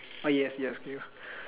oh yes yes you